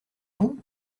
vous